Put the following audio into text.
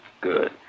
Good